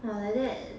!wah! like that